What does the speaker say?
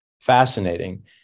fascinating